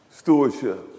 Stewardship